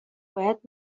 باید